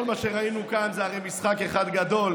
כל מה שראינו כאן זה הרי משחק אחד גדול.